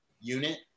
unit